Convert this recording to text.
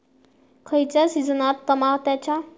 खयच्या सिजनात तमात्याच्या पीकाक दर किंवा मागणी आसता?